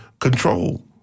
control